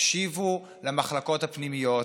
תקשיבו למחלקות הפנימיות.